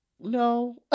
no